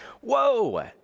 whoa